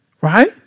right